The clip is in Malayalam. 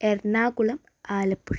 എറണാകുളം ആലപ്പുഴ